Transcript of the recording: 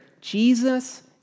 Jesus